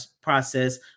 process